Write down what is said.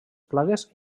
plagues